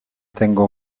tengo